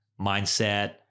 mindset